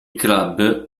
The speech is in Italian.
club